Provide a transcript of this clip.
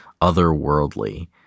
otherworldly